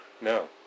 No